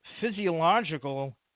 physiological